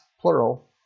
plural